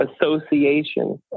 association